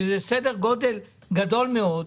שזה סדר גודל גדול מאוד,